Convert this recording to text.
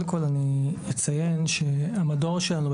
קודם כל אני אציין שהמדור שלנו,